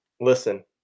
Listen